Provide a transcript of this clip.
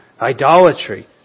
idolatry